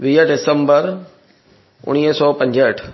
वीह दिसंबर उणिवीह सौ पंजहठि